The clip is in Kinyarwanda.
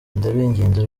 ndabinginze